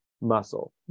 muscle